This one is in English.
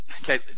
Okay